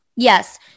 Yes